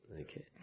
Okay